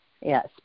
Yes